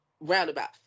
roundabout